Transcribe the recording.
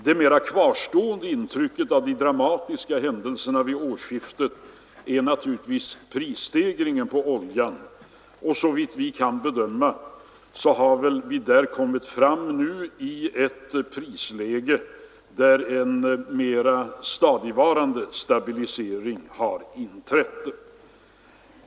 Det mera kvarstående intrycket av de dramatiska händelserna vid årsskiftet är naturligtvis prisstegringen på oljan, men såvitt vi kan bedöma har vi väl nu kommit fram till ett prisläge där en mera stadigvarande stabilisering har inträtt.